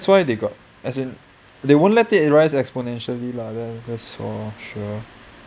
that's why they got as in they won't let it rise exponentially lah that's for sure